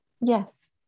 yes